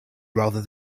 rather